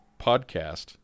podcast